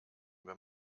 wenn